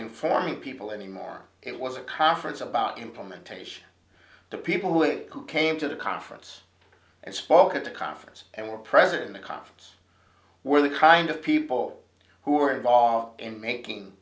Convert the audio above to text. informing people anymore it was a conference about implementation the people who came to the conference and spoke at the conference and were present because of where the kind of people who are involved in making